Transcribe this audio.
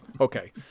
okay